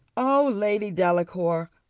o lady delacour,